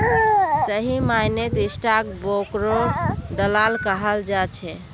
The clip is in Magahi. सही मायनेत स्टाक ब्रोकरक दलाल कहाल जा छे